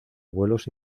vuelos